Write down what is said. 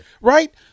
Right